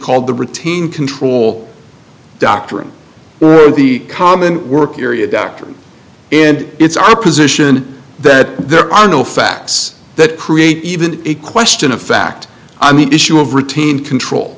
called the retain control doctrine of the common work area doctrine and it's our position that there are no facts that create even a question of fact on the issue of retain control